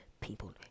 people